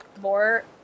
more